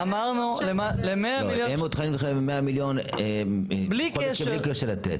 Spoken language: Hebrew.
אמרנו, 100 מיליון שקל.